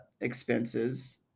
expenses